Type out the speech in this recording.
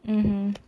mmhmm